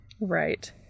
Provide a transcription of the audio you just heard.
Right